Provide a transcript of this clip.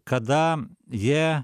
kada jie